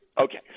Okay